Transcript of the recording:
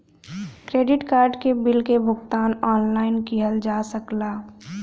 credit card के bill क भुगतान ऑनलाइन किहल जा सकला